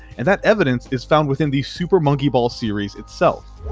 and that evidence is found within the super monkey ball series itself.